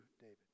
David